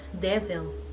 Devil